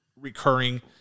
recurring